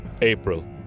April